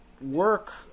work